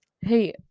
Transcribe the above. Hey